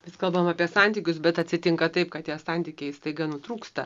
vis kalbam apie santykius bet atsitinka taip kad tie santykiai staiga nutrūksta